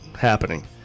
Happening